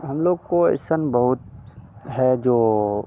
हम लोग को एहसान बहुत है जो